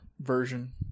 version